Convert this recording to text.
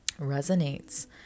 resonates